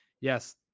Yes